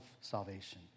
salvation